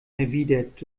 erwidert